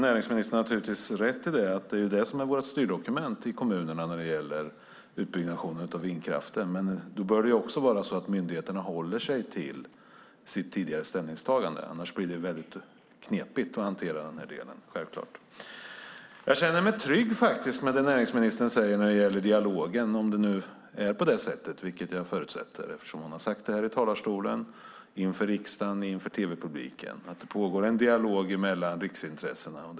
Näringsministern har givetvis rätt i att översiktsplaneringen är kommunernas styrdokument när det gäller utbyggnaden av vindkraften. Men då bör det vara så att myndigheterna håller sig till sitt tidigare ställningstagande. Annars blir det självklart knepigt. Jag känner mig trygg med det näringsministern säger om dialogen - om det nu är på det sätt hon säger, vilket jag förutsätter eftersom hon har sagt i talarstolen inför riksdagen och tv-publiken att det pågår en dialog mellan riksintressena.